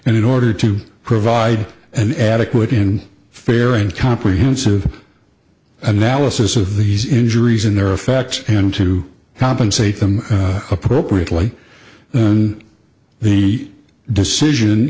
and in order to provide an adequate and fair and comprehensive analysis of these injuries in their effect and to compensate them appropriately and the